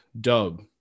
dub